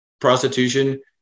prostitution